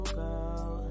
girl